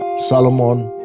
solomon,